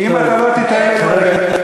אם אתה לא תיתן לי לדבר,